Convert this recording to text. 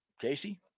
Casey